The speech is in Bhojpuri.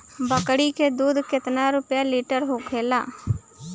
बकड़ी के दूध केतना रुपया लीटर होखेला?